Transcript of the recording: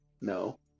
No